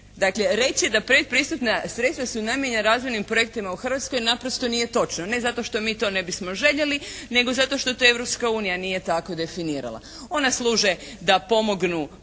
Dakle reći da predpristupna su namijenjena razvojnim projektima u Hrvatskoj naprosto nije točno ne zato što mi to ne bismo željeli nego zato što to Europska unija nije tako definirala. Ona služe da pomognu